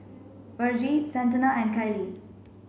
Virgie Santana and Kayli